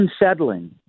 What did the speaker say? unsettling